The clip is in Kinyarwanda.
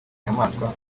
nyamaswa